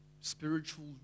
spiritual